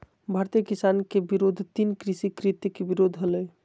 भारतीय किसान के विरोध तीन कृषि कृत्य के विरोध हलय